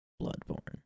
Bloodborne